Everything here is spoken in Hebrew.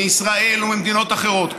מישראל וממדינות אחרות.